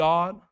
God